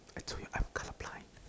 I told you I'm colour blind